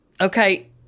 Okay